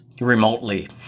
Remotely